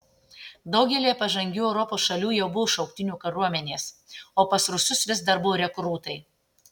daugelyje pažangių europos šalių jau buvo šauktinių kariuomenės o pas rusus vis dar buvo rekrūtai